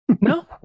No